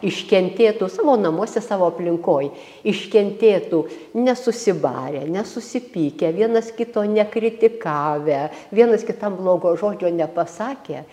iškentėtų savo namuose savo aplinkoj iškentėtų nesusibarę nesusipykę vienas kito nekritikavę vienas kitam blogo žodžio nepasakę